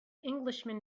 englishman